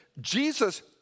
Jesus